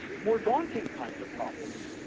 more daunting kinds of problems